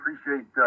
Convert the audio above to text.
appreciate